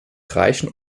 reichen